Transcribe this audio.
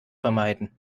vermeiden